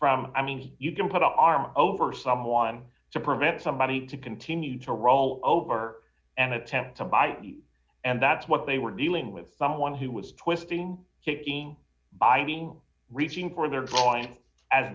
from i mean you can put our arm over someone to prevent somebody to continue to roll over and attempt to bite you and that's what they were doing with someone who was twisting hitting biting reaching for their drawing as